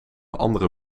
andere